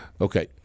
Okay